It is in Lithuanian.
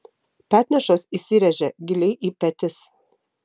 petnešos įsiręžia giliai į petis